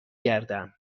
گردم